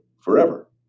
forever